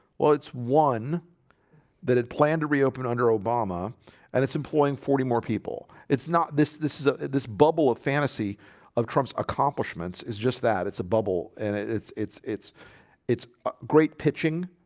well, it's one that it planned to reopen under obama and it's employing forty more people it's not this this is a this bubble of fantasy of trumps accomplishments is just that it's a bubble and it's it's it's it's great pitching